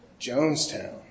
Jonestown